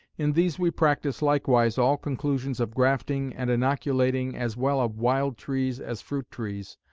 in these we practise likewise all conclusions of grafting, and inoculating as well of wild-trees as fruit-trees,